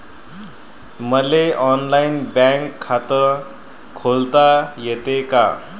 मले online bank खात खोलता येते का?